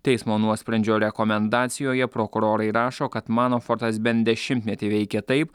teismo nuosprendžio rekomendacijoje prokurorai rašo kad manafortas bent dešimtmetį veikė taip